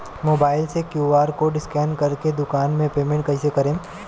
Mobile से QR code scan कर के दुकान मे पेमेंट कईसे करेम?